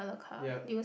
yup